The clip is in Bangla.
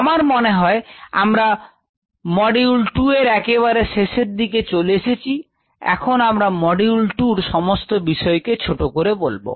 আমার মনে হয় আমরা মডেল 2 এর একেবারে শেষের দিকে চলে এসেছি এখন আমরা মডিউল টুর সমস্ত বিষয় কে ছোট করে বলবো